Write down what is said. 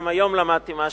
גם היום למדתי משהו,